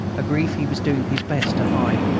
a grief he was doing his best to hide,